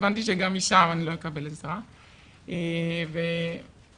הבנתי שגם משם אני לא אקבל עזרה אבל הפחד